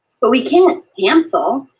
but we can't cancel.